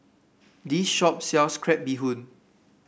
this shop sells Crab Bee Hoon